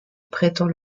prétend